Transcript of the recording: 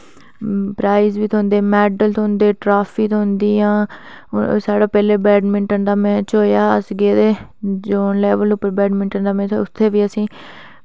prize थ्होंदे medal थ्होंदे trophy थ्होंदियां साढ़ा पैह्लें बैडनिंटन दा मैच होया अस गेदे हे जोन लेवल पर उत्थै बी अस गेदे उत्थें बी असें ईै